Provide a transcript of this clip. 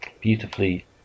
beautifully